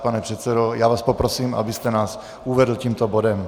Pane předsedo, já vás poprosím, abyste nás provedl tímto bodem.